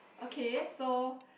okay so